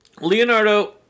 Leonardo